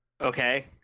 Okay